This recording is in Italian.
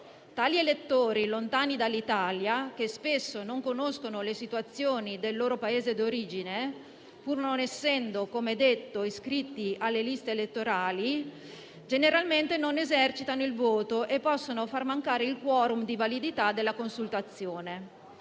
Tali elettori lontani dall'Italia, che spesso non conoscono le situazioni del loro Paese d'origine, pur non essendo, come detto, iscritti alle liste elettorali, generalmente non esercitano il voto e possono far mancare il *quorum* di validità della consultazione.